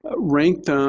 ah ranked,